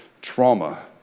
trauma